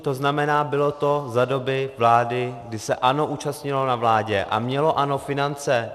To znamená, bylo to za doby vlády, kdy se ANO účastnilo na vládě a mělo ANO finance.